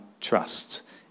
trust